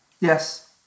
Yes